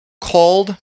called